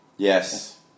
Yes